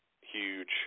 huge